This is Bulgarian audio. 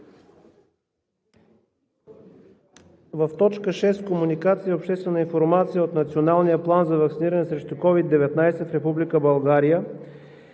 В т. 6 „Комуникация и обществена информация“ от Националния план за ваксиниране срещу COVID-19 в Република